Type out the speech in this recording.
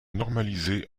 normalisée